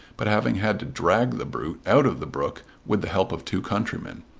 but having had to drag the brute out of the brook with the help of two countrymen,